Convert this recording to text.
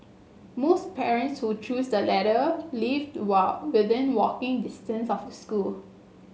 most parents who chose the latter lived within walking distance of the school